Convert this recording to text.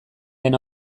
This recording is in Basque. den